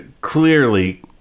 clearly